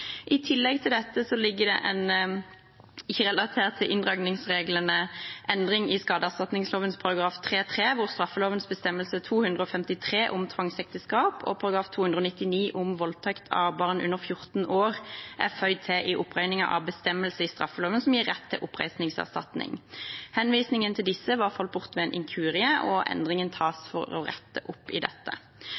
I tillegg til dette ligger det, ikke relatert til inndragningsreglene, en endring i skadeerstatningsloven § 3-3, hvor straffeloven § 253, om tvangsekteskap, og § 299, om voldtekt av barn under 14 år, er føyd til i oppregningen av bestemmelser i straffeloven som gir rett til oppreisningserstatning. Henvisningen til disse var falt bort ved en inkurie, og endringen gjøres for å rette opp i dette.